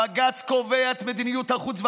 הבג"ץ קובע את מדיניות החוץ והביטחון,